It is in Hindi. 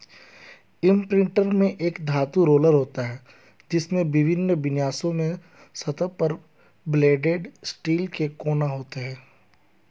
इम्प्रिंटर में एक धातु रोलर होता है, जिसमें विभिन्न विन्यासों में सतह पर वेल्डेड स्टील के कोण होते हैं